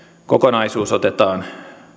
kokonaisuus otetaan